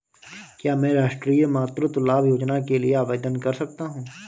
क्या मैं राष्ट्रीय मातृत्व लाभ योजना के लिए आवेदन कर सकता हूँ?